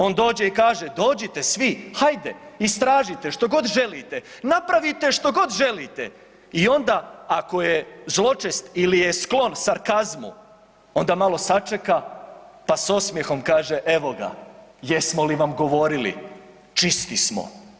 On dođe i kaže dođite svi, hajde, istražite što god želite, napravite što god želite i onda ako je zločest ili je sklon sarkazmu onda malo sačeka pa sa osmjehom kaže evo ga, jesmo li vam govorili čisti smo.